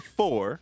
four